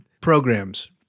programs